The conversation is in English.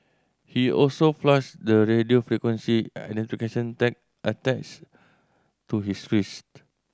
he also flushed the radio frequency identification tag attached to his wrist